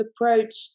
approach